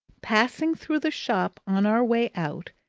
passing through the shop on our way out,